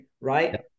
right